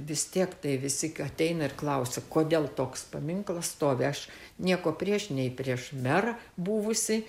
vis tiek tai visi ateina ir klausia kodėl toks paminklas stovi aš nieko prieš nei prieš merą buvusį